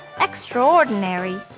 extraordinary